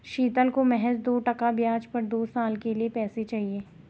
शीतल को महज दो टका ब्याज पर दो साल के लिए पैसे चाहिए